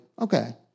okay